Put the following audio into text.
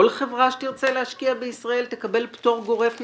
חברה שתרצה להשקיע בישראל תקבל פטור גורף ממס,